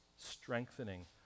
strengthening